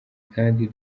kandi